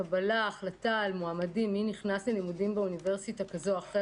קבלה של מועמדים שייכת למוסד האקדמי.